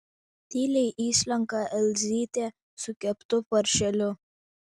tyliai įslenka elzytė su keptu paršeliu